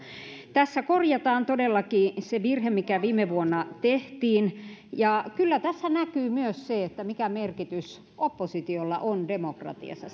tässä korjataan todellakin se virhe mikä viime vuonna tehtiin ja kyllä tässä näkyy myös mikä merkitys oppositiolla on demokratiassa